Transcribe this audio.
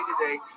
Today